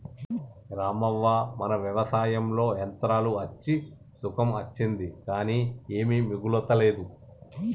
రామవ్వ మన వ్యవసాయంలో యంత్రాలు అచ్చి సుఖం అచ్చింది కానీ ఏమీ మిగులతలేదు